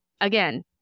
Again